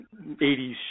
80s